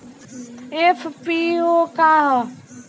FPO का ह?